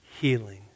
healing